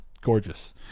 Gorgeous